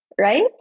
right